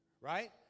Right